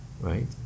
right